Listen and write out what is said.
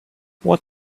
what